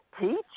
teach